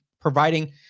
providing